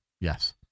Yes